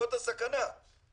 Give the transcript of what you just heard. זאת הסכנה.